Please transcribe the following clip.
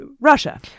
Russia